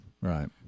Right